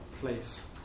place